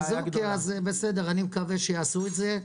אני מקווה שיעשו את זה.